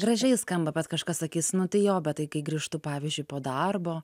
gražiai skamba bet kažkas sakys nu tai jo bet tai kai grįžtu pavyzdžiui po darbo